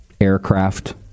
aircraft